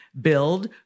Build